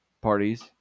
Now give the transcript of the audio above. parties